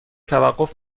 توقف